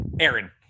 Aaron